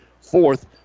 fourth